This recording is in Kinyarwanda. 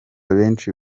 benshi